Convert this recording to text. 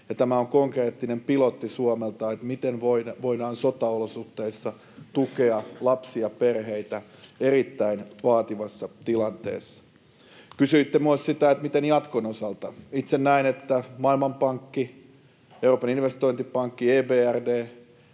Tämä on konkreettinen pilotti Suomelta, miten voidaan sotaolosuhteissa tukea lapsia ja perheitä erittäin vaativassa tilanteessa. Kysyitte myös, miten jatkon osalta: Itse näen, että Maailmanpankin, Euroopan investointipankin ja